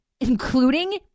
including